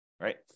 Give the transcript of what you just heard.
right